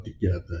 together